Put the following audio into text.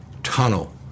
Tunnel